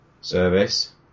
service